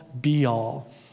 be-all